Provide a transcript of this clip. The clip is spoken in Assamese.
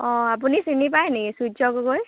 অঁ আপুনি চিনি পায় নেকি সূৰ্য গগৈ